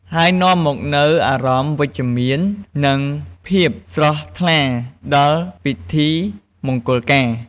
ហើយនាំមកនូវអារម្មណ៍វិជ្ជមាន និងភាពស្រស់ថ្លាដល់ពិធីមង្គលការ។